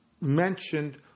mentioned